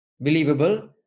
believable